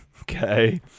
Okay